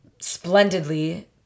splendidly